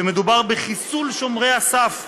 שמדובר בחיסול שומרי הסף,